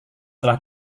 telah